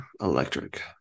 electric